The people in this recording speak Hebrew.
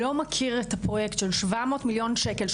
לא מכיר את הפרויקט של 700 מיליון שקל,